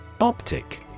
Optic